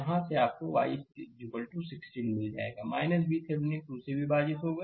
यहां से आपको i 16 मिल जाएगा VThevenin 2 से विभाजित होगा